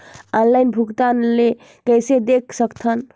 Online भुगतान ल कइसे देख सकथन?